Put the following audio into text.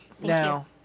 Now